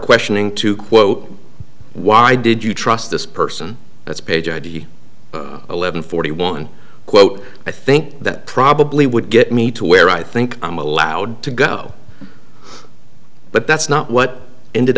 questioning to quote why did you trust this person that's page id eleven forty one quote i think that probably would get me to where i think i'm allowed to go but that's not what ended